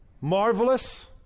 marvelous